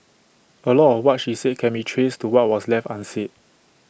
A lot of what she said can be traced to what was left unsaid